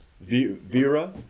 Vera